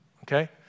okay